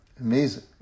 amazing